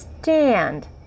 stand